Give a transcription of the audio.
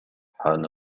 حان